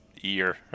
year